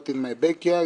Not In My Back Yard,